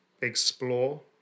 explore